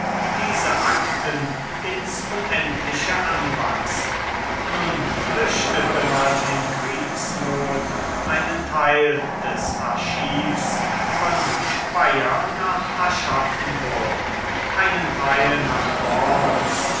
diese akten ins unendliche anwachsen nun flüchtete man in kriegsnot einen teil des archivs von speyer nach aschaffenburg einen teil nach worms